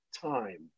time